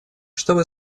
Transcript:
чтобы